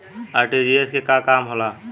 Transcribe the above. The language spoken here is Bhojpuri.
आर.टी.जी.एस के का काम होला?